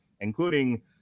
including